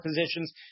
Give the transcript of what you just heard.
positions